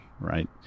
right